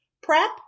prep